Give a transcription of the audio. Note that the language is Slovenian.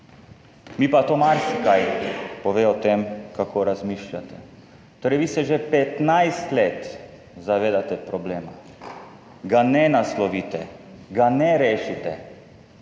mi pa to marsikaj pove o tem, kako razmišljate. Torej, vi se že 15 let zavedate problema, ga ne naslovite, ga ne rešite,